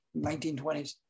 1920s